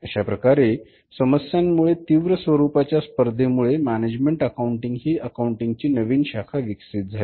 अशाप्रकारे समस्यांमुळे तीव्र स्वरूपाच्या स्पर्धेमुळे मॅनेजमेण्ट अकाऊण्टिंग ही अकाउंटिंग ची नवी शाखा विकसित झाली